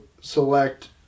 select